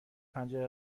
پنجره